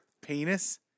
Penis